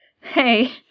Hey